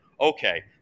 okay